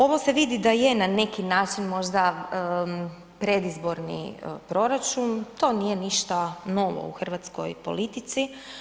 Ovo se vidi da je na neki način možda predizborni proračun, to nije ništa novo u hrvatskoj politici.